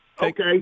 Okay